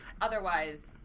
Otherwise